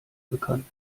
bekannt